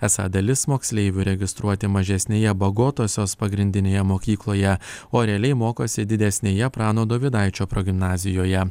esą dalis moksleivių registruoti mažesnėje bagotosios pagrindinėje mokykloje o realiai mokosi didesnėje prano dovydaičio progimnazijoje